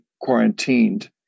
quarantined